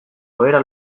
ohera